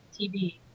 TV